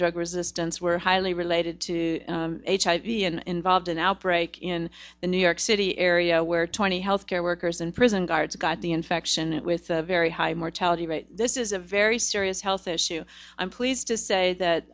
drug resistance were highly related to hiv and involved an outbreak in the new york city area where twenty health care workers and prison guards got the infection and with very high mortality rate this is a very serious health issue i'm pleased to say that